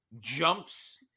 jumps